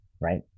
right